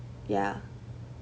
ya